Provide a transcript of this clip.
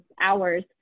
hours